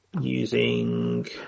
using